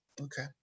Okay